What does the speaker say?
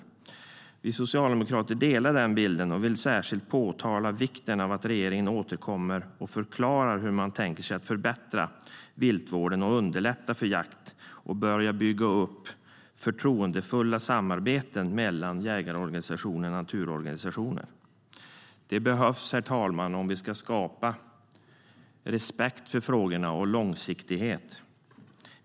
Vi socialdemokrater delar den bilden och vill särskilt påtala vikten av att regeringen återkommer och förklarar hur man tänker sig att förbättra viltvården, underlätta för jakt och börja bygga upp förtroendefulla samarbeten mellan jägarorganisationer och naturorganisationer. Det behövs, herr talman, om vi ska skapa respekt för frågorna och långsiktighet.